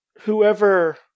whoever